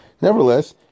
Nevertheless